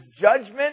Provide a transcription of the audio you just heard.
judgment